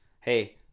Hey